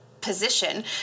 position